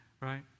Right